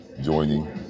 joining